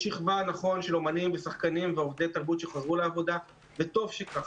יש שכבה של אומנים ושחקנים ועובדי תרבות שחזרו לעבודה וטוב שכך.